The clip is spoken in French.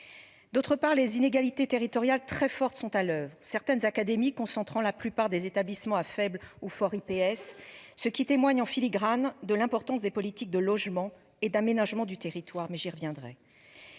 D'autre part les inégalités territoriales très fortes sont à l'oeuvre certaines académies concentrant la plupart des établissements à faible ou fort IPS, ce qui témoigne en filigrane de l'importance des politiques de logement et d'aménagement du territoire, mais j'y reviendrai.